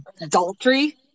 adultery